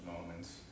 moments